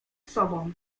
sobą